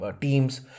teams